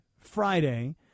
Friday